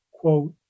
quote